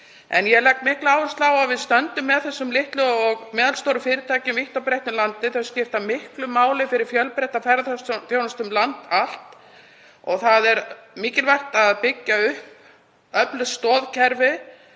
Ég legg mikla áherslu á að við stöndum með þessum litlu og meðalstóru fyrirtækjum vítt og breitt um landið. Þau skipta miklu máli fyrir fjölbreytta ferðaþjónustu um land allt. Það er mikilvægt að byggja upp öflugt stoðkerfi